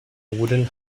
wooden